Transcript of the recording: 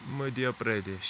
Madhya Pradesh